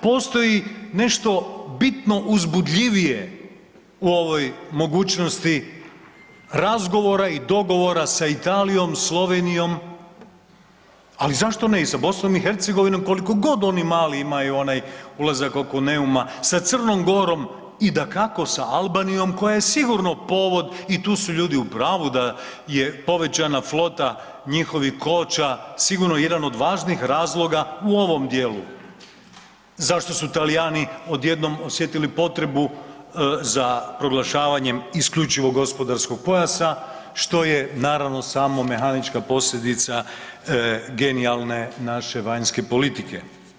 Postoji nešto bitno uzbudljivije u ovoj mogućnosti razgovora i dogovora sa Italijom, Slovenijom, ali zašto ne i sa BiH kolikogod oni mali imaju onaj ulaz oko Neuma, sa Crnom Gorom i dakako sa Albanijom koja je sigurno povod i tu su ljudi u pravu da je povećana flota njihovih koča sigurno jedan od važnih razloga u ovom dijelu zašto su Talijani odjednom osjetili potrebu za proglašavanjem IGP-a što je naravno samo mehanička posljedica genijalne naše vanjske politike.